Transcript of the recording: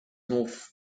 north